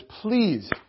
please